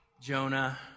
Jonah